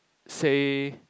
say